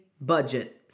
budget